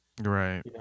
Right